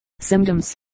symptoms